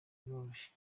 biroroshye